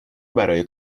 برای